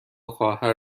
خواهر